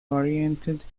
oriented